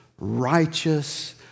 righteous